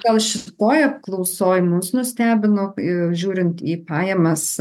gal šitoj apklausoj mus nustebino ir žiūrint į pajamas